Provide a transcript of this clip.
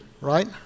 right